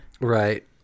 right